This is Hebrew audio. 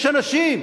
יש אנשים.